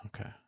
Okay